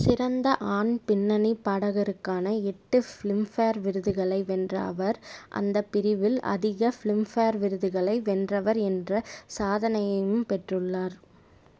சிறந்த ஆண் பின்னணி பாடகருக்கான எட்டு ஃபிலிம்பேர் விருதுகளை வென்ற அவர் அந்த பிரிவில் அதிக ஃபிலிம்பேர் விருதுகளை வென்றவர் என்ற சாதனையையும் பெற்றுள்ளார்